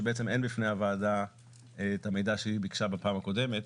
שאין בפני הוועדה את המידע שהיא ביקשה בפעם הקודמת,